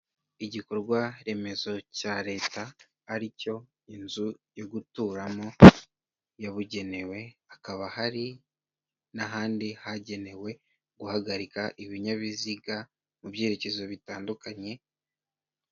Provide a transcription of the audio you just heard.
Igikorwa remezo cya leta ari cyo inzu yo guturamo, yabugenewe, hakaba hari n'ahandi hagenewe guhagarika ibinyabiziga mu byerekezo bitandukanye...